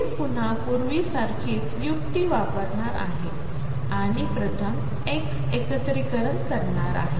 मी पुन्हा पूर्वीसारखीच युक्ती वापरणार आहे आणि प्रथम x एकत्रीकरण करणार आहे